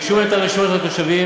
מהתושבים,